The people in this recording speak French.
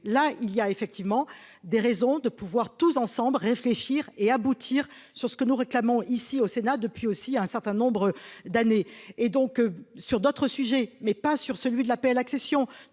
là il y a effectivement des raisons de pouvoir, tous ensemble réfléchir et aboutir sur ce que nous réclamons, ici au Sénat depuis aussi à un certain nombre d'années et donc sur d'autres sujets, mais pas sur celui de l'APL accession